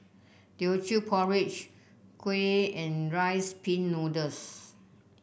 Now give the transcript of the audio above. Teochew Porridge kuih and Rice Pin Noodles